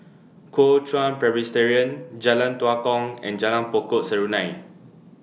Kuo Chuan Presbyterian Jalan Tua Kong and Jalan Pokok Serunai